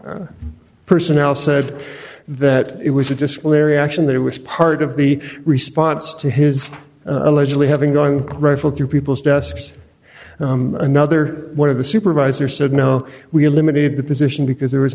personnel said that it was a disciplinary action that it was part of the response to his allegedly having going rifled through people's desks another one of the supervisor said no we eliminated the position because there was